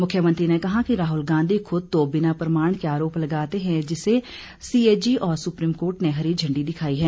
मुख्यमंत्री ने कहा कि वे खुद तो बिना प्रमाण के आरोप लगाते हैं जिसे सीएजी और सुप्रीम कोर्ट ने हरी झंडी दिखाई है